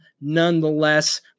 Nonetheless